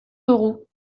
leroux